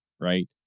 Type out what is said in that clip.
right